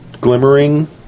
glimmering